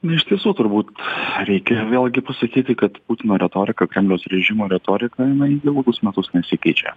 na iš tiesų turbūt reikia vėlgi pasakyti kad putino retorika kremliaus režimo retorika jinai ilgus metus nesikeičia